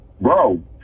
Bro